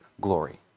glory